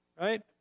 right